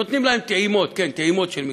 נותנים להם טעימות, כן, טעימות של מקצוע,